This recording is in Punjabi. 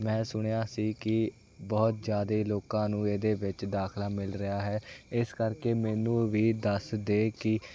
ਮੈਂ ਸੁਣਿਆ ਸੀ ਕਿ ਬਹੁਤ ਜ਼ਿਆਦਾ ਲੋਕਾਂ ਨੂੰ ਇਹਦੇ ਵਿੱਚ ਦਾਖਲਾ ਮਿਲ ਰਿਹਾ ਹੈ ਇਸ ਕਰਕੇ ਮੈਨੂੰ ਵੀ ਦੱਸ ਦੇ ਕਿ